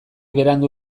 berandu